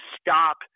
stop